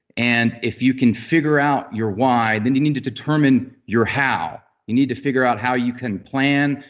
and if you can figure out your why, then you need to determine your how you need to figure out how you can plan,